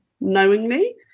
knowingly